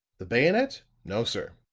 the bayonet? no, sir.